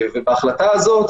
בהחלטה הזאת,